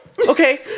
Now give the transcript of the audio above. Okay